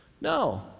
No